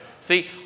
See